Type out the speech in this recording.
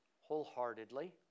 wholeheartedly